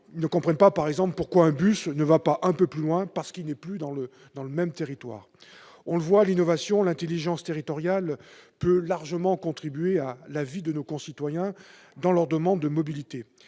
Ils ne comprennent pas, par exemple, pourquoi un bus ne va pas un peu plus loin parce qu'il n'est plus dans le même territoire. On le voit, l'innovation, l'intelligence territoriale peut largement contribuer à la vie de nos concitoyens dans leur demande de mobilité.